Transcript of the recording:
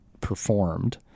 performed